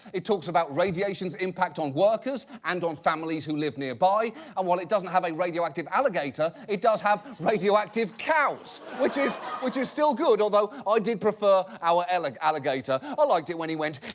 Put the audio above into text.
it talks about radiation's impact on workers and on families who live nearby. and while it doesn't have a radioactive alligator, it does have radioactive cows. which is which is still good. although, i did prefer our like alligator. i liked it when he went.